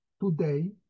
today